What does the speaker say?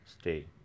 stay